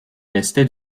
restait